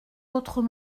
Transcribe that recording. autres